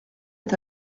est